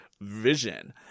Vision